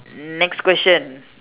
next question